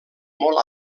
molt